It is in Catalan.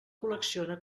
col·lecciona